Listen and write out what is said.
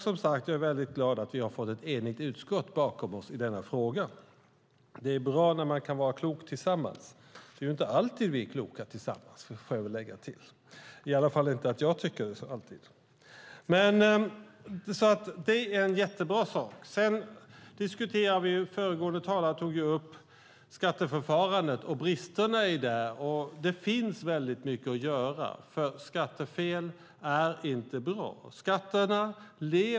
Som sagt är jag väldigt glad att vi har fått ett enigt utskott bakom oss i denna fråga. Det är jättebra när man kan vara klok tillsammans. Det är inte alltid vi är kloka tillsammans, får jag väl lägga till. Det är i alla fall vad jag tycker. Föregående talare tog upp skatteförfarandet och bristerna i det. Det finns väldigt mycket att göra. Skattefel är inte bra.